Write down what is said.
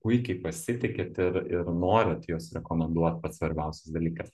puikiai pasitikit ir ir norit juos rekomenduot pats svarbiausias dalykas